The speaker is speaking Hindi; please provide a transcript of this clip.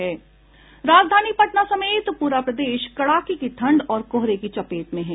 राजधानी पटना समेत पूरा प्रदेश कड़ाके की ठंड और कोहरे की चपेट में है